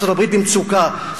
ארצות-הברית במצוקה,